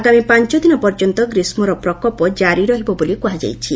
ଆଗାମୀ ପାଞ ଦିନ ପର୍ଯ୍ୟନ୍ତ ଗ୍ରୀଷ୍କର ପ୍ରକୋପ ଜାରି ରହିବ ବୋଲି କୁହାଯାଇଛି